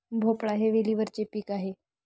भोपळा हे वेलीवरचे पीक आहे